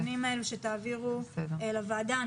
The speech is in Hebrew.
תעבירו את הנתונים לוועדה.